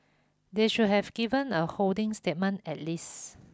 they should have given a holding statement at least